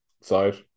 side